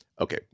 okay